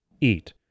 eat